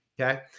okay